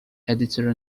editor